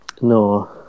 No